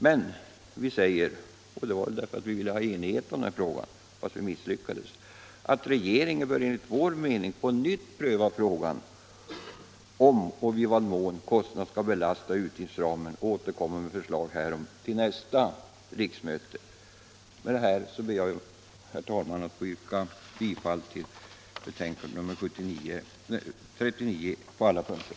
Men vi säger — för att vi ville ha enighet i den här frågan, fast det nu misslyckades — att regeringen enligt vår mening bör på nytt pröva frågan om och i vad mån kostnaderna skall belasta utgiftsramen och återkomma med förslag härom vid nästa riksmöte. Herr talman! Jag vill yrka bifall till utskottets betänkande nr 39 på alla punkter.